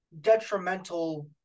detrimental